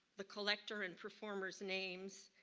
the collection and performer's names,